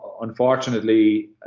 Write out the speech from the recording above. Unfortunately